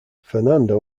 fernando